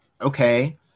okay